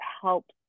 helps